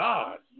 God